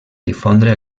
difondre